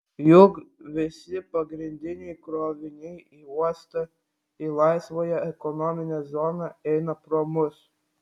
juk visi pagrindiniai kroviniai į uostą į laisvąją ekonominę zoną eina pro mus